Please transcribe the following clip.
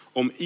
om